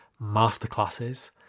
masterclasses